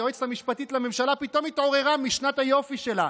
היועצת המשפטית לממשלה פתאום התעוררה משנת היופי שלה.